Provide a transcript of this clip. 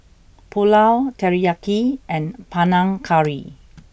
Pulao Teriyaki and Panang Curry